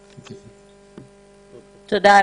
תודה.